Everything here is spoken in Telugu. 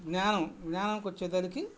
జ్ఞానం జ్ఞానంకి వచ్చేసరికి